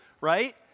right